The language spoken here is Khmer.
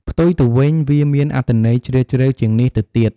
ផ្ទុយទៅវិញ វាមានអត្ថន័យជ្រាលជ្រៅជាងនេះទៅទៀត។